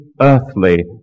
earthly